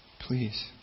Please